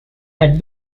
had